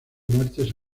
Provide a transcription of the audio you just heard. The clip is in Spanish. muertes